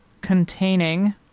containing